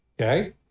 Okay